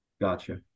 Gotcha